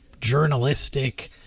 journalistic